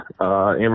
Amber